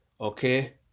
Okay